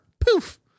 Poof